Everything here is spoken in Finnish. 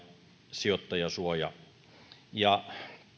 sijoittajansuoja